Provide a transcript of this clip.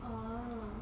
orh